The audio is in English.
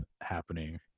happening